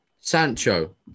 Sancho